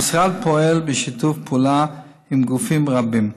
המשרד פועל בשיתוף פעולה עם גופים רבים,